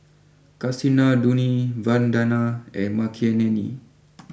Kasinadhuni Vandana and Makineni